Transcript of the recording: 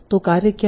तो कार्य क्या है